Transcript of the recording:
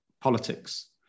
politics